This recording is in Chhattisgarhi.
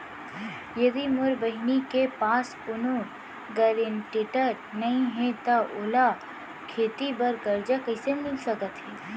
यदि मोर बहिनी के पास कोनो गरेंटेटर नई हे त ओला खेती बर कर्जा कईसे मिल सकत हे?